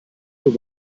nur